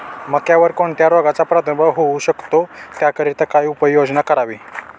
मक्यावर कोणत्या रोगाचा प्रादुर्भाव होऊ शकतो? त्याकरिता काय उपाययोजना करावी?